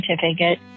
certificate